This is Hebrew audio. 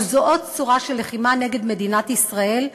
אבל זו עוד צורה של לחימה נגד מדינת ישראל.